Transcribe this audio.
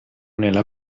nella